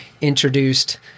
introduced